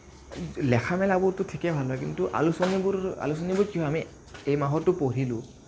লেখামেলাবোৰতো ঠিকে ভাল হয় কিন্তু আলোচনীবোৰ আলোচনীবোৰ কি হয় আমি এই মাহতো পঢ়িলোঁ